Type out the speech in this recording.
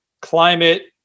climate